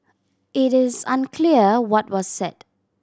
it is unclear what was said